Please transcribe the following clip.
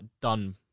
done